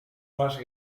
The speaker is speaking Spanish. más